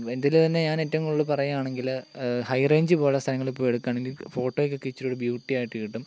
എൻ്റെ കയ്യിൽ തന്നെ ഞാൻ ഏറ്റവും കൂടുതൽ പറയുകയാണെങ്കിൽ ഹൈ റേഞ്ച് പോലുള്ള സ്ഥലങ്ങളിൽ പോയി എടുക്കുവാണെങ്കിൽ ഫോട്ടോയ്ക്ക് ഒക്കെ ഇച്ചിരി കൂടി ബ്യൂട്ടി ആയിട്ട് കിട്ടും